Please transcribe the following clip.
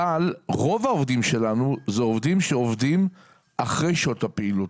אבל רוב העובדים שלנו זה עובדים שעובדים אחרי שעות הפעילות.